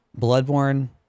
Bloodborne